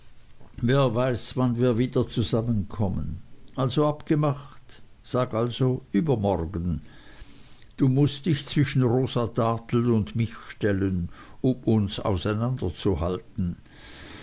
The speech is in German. wer weiß wann wir wieder zusammenkommen also abgemacht sag also übermorgen du mußt dich zwischen rosa dartle und mich stellen um uns auseinanderzuhalten